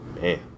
man